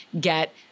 get